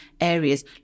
areas